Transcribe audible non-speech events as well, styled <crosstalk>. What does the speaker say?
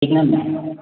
<unintelligible>